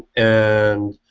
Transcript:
and.